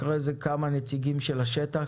אחרי זה נשמע כמה נציגים של השטח,